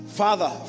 Father